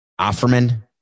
Offerman